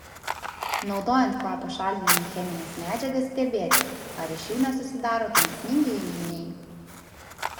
naudojant kvapo šalinimui chemines medžiagas stebėti ar iš jų nesusidaro kenksmingi junginiai